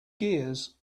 gears